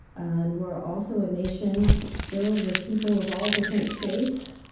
and we're also a nation filled with people of all different faiths,